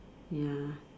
ya